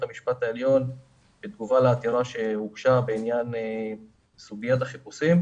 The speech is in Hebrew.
המשפט העליון בתגובה לעתירה שהוגשה בעניין סוגיית החיפושים,